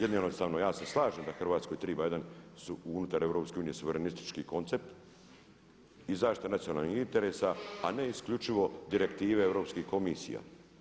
Jednostavno ja se slažem da Hrvatskoj treba jedan unutar EU suverenistički koncept i zaštita nacionalnih interesa, a ne isključivo direktive europskih komisija.